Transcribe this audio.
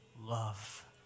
love